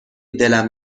دلم